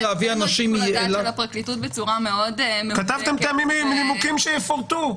--- לפרקליטות בצורה מאוד --- כתבתם "טעמים מנימוקים שיפורטו"?